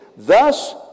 Thus